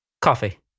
Coffee